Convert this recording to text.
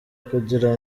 kugira